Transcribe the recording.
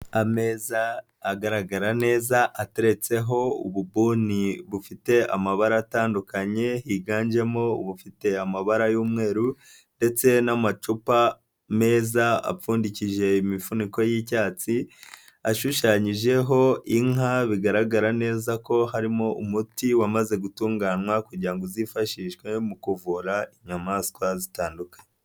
Ameza agaragara neza, ateretseho ubuni bufite amabara atandukanye, higanjemo bufite amabara y'umweru ndetse n'amacupa meza, apfundiki imifuniko y'icyatsi, ashushanyijeho inka, bigaragara neza ko harimo umuti wamaze gutunganywa kugira ngo uzifashishwe mu kuvura inyamaswa zitandukanye.